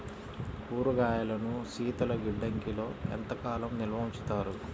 కూరగాయలను శీతలగిడ్డంగిలో ఎంత కాలం నిల్వ ఉంచుతారు?